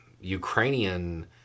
Ukrainian